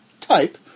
type